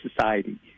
society